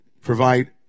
provide